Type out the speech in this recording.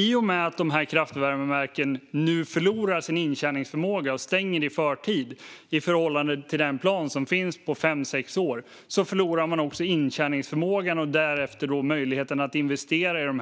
I och med att dessa kraftvärmeverk nu förlorar sin intjäningsförmåga och stänger i förtid i förhållande till den plan som finns på fem sex år förlorar man nämligen också möjligheten att investera i de